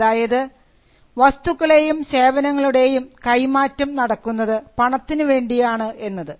അതായത് വസ്തുക്കളുടെയും സേവനങ്ങളുടെയും കൈമാറ്റം നടക്കുന്നത് പണത്തിനുവേണ്ടിയാണ് എന്നത്